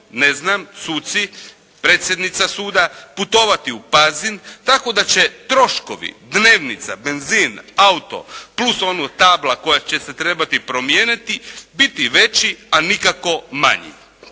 ne znam, suci, predsjednica suda putovati u Pazin, tako da će troškovi dnevnica, benzin, auto, plus ono tabla koja će se trebati promijeniti biti veći, a nikako manji.